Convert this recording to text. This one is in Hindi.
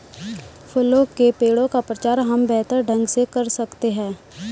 फलों के पेड़ का प्रचार हम बेहतर ढंग से कर सकते हैं